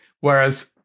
Whereas